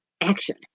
action